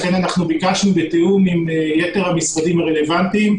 לכן ביקשנו בתיאום עם יתר המשרדים הרלוונטיים,